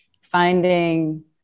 finding